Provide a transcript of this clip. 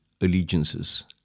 allegiances